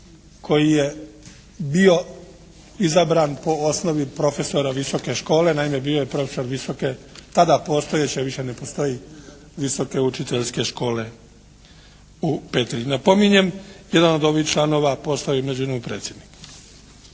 koji je bio izabran po osnovi profesora visoke škole. Naime, bio je profesor visoke tada postojeće, više ne postoji, Visoke učiteljske škole u Petrinji. Napominjem, jedan od ovih članova postao je u međuvremenu predsjednik.